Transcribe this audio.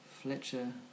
Fletcher